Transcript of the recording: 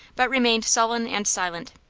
but remained sullen and silent,